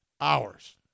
hours